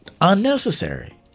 Unnecessary